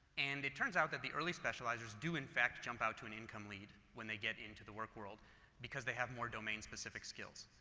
and it turns out that the early specializers do in fact jump out to an income lead when they get into the work world because they have more dominion specific skills.